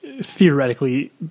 theoretically